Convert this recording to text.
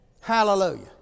Hallelujah